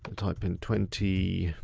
type in twenty,